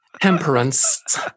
Temperance